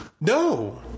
No